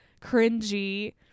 cringy